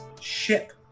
ship